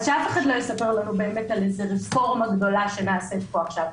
אז שאף אחד לא יספר לנו באמת על איזו רפורמה גדולה שנעשית פה עכשיו.